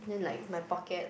then like my pocket